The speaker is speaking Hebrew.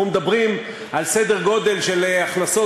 אנחנו מדברים על סדר גודל של הכנסות